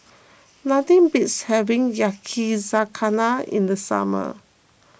nothing beats having Yakizakana in the summer